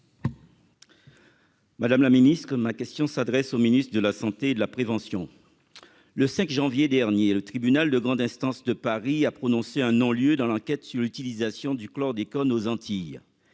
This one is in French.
Madame la ministre, ma question s'adresse au ministre de la Santé de la prévention. Le 5 janvier dernier, le tribunal de grande instance de Paris a prononcé un non-lieu dans l'enquête sur l'utilisation du chlordécone aux Antilles.